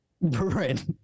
right